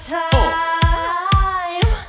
time